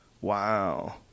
Wow